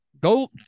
Go